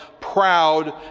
proud